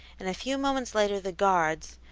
and a few moments later the guards,